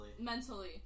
mentally